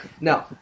no